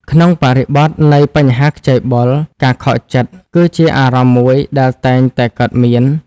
ក្នុងបរិបទនៃបញ្ហាខ្ចីបុល ការខកចិត្ត គឺជាអារម្មណ៍មួយដែលតែងតែកើតមាន។